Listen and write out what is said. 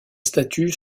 statuts